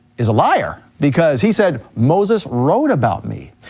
is a liar. because he said moses wrote about me.